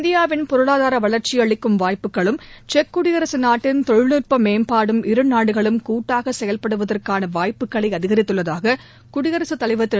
இந்தியாவின் பொருளாதார வளர்ச்சி அளிக்கும் வாய்ப்புக்களும் செக் குடியரசு நாட்டின் தொழில்நுட்ப மேம்பாடும் இருநாடுகளும் கூட்டாக செயல்படுவதற்கான வாய்ப்புக்களை அதிகரித்துள்ளதாக குடியரசுத் தலைவர் திரு